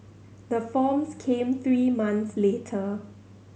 the forms came three months later